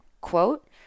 quote